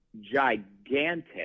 gigantic